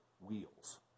wheels